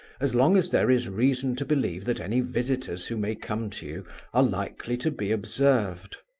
as long as there is reason to believe that any visitors who may come to you are likely to be observed.